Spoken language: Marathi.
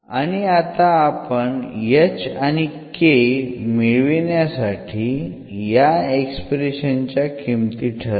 आणि आता आपण h आणि k मिळविण्यासाठी या एक्सप्रेशन च्या किमती ठरवू